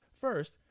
First